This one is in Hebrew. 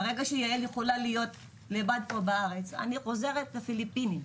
ברגע שיעל יכולה להיות לבד פה בארץ אני אחזור לפיליפינים,